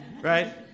Right